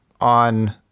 on